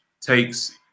takes